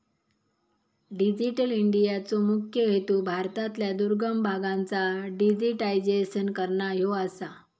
digital इंडियाचो मुख्य हेतू भारतातल्या दुर्गम भागांचा डिजिटायझेशन करना ह्यो आसा